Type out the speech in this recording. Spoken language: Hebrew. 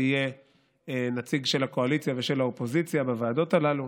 שיהיה נציג של הקואליציה ושל האופוזיציה בוועדות הללו,